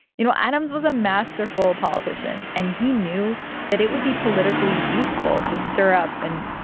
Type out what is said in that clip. you know, adams was a masterful politician. and he knew that it would be politically useful to stir up and,